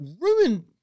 ruined